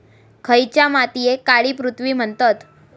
खयच्या मातीयेक काळी पृथ्वी म्हणतत?